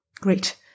Great